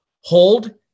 hold